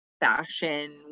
fashion